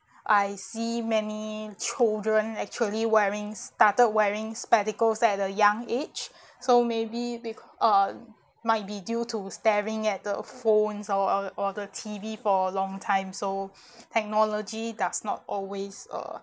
I see many children actually wearing started wearing spectacles at a young age so maybe becau~ uh might be due to staring at the phones or or or the T_V for a long time so technology does not always uh